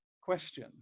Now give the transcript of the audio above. question